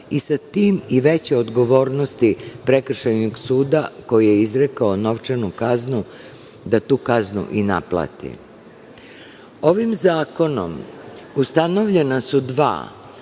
i sa tim i veće odgovornosti prekršajnog suda koji je izrekao novčanu kaznu, da tu kaznu i naplati. Ovim zakonom ustanovljena su dva